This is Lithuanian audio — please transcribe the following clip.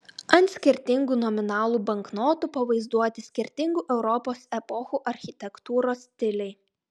ant skirtingų nominalų banknotų pavaizduoti skirtingų europos epochų architektūros stiliai